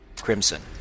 crimson